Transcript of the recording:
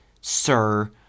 sir